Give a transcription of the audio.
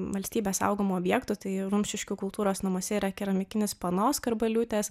valstybės saugomų objektų tai rumšiškių kultūros namuose yra keramikinis pano skarbaliūtės